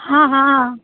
हाँ हाँ